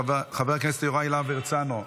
חבר הכנסת יוראי להב הרצנו,